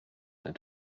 der